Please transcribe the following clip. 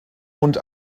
und